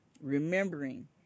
Remembering